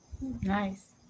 Nice